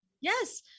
Yes